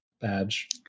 badge